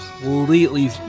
completely